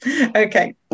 Okay